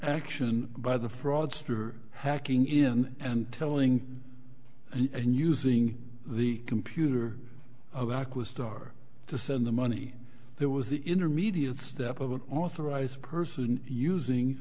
action by the fraudster hacking in and telling and using the computer back with star to send the money there was the intermediate step of an authorized person using